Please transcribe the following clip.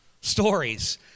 stories